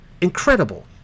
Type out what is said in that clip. Incredible